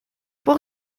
pour